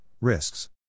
risks